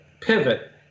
pivot